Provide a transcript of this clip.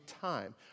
time